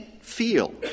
feel